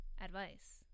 advice